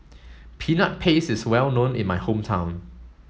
peanut paste is well known in my hometown